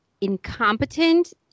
incompetent